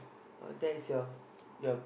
but that is your your